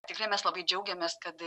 tikrai mes labai džiaugiamės kad